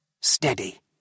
steady